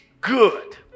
good